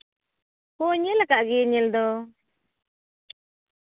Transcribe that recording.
ᱦᱳᱭ ᱧᱮᱞᱟᱠᱟᱜ ᱜᱤᱭᱟᱹᱧ ᱧᱮᱞ ᱫᱚ